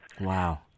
Wow